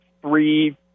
three